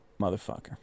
motherfucker